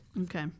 Okay